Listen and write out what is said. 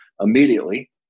immediately